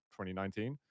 2019